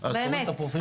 באמת,